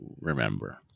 remember